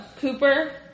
Cooper